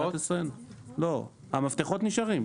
לא, המפתחות נשארים.